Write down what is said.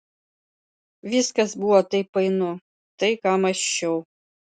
viskas buvo taip painu tai ką mąsčiau